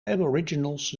aboriginals